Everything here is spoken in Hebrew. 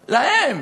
להם.